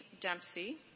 Dempsey